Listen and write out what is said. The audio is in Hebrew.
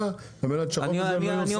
על מנת שהחוק הזה --- הבנו את המטרה.